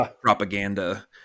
propaganda